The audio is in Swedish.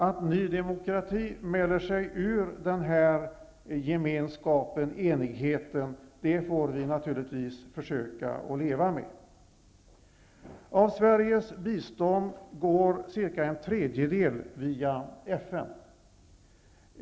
Att Ny demokrati mäler sig ur den här gemenskapen, enigheten, får vi naturligtvis försöka leva med. Av Sveriges bistånd går cirka en tredjedel via FN.